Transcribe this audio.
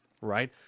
right